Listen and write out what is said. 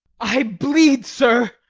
i bleed, sir,